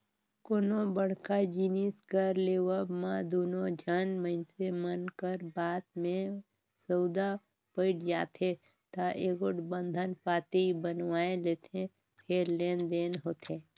कोनो बड़का जिनिस कर लेवब म दूनो झन मइनसे मन कर बात में सउदा पइट जाथे ता एगोट बंधन पाती बनवाए लेथें फेर लेन देन होथे